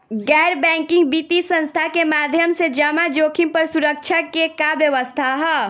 गैर बैंकिंग वित्तीय संस्था के माध्यम से जमा जोखिम पर सुरक्षा के का व्यवस्था ह?